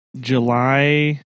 July